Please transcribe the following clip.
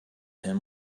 him